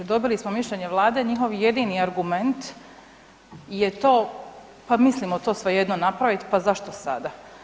Dobili smo mišljenje Vlade, njihov jedini argument je to pa mislimo to svejedno napraviti, pa zašto sada.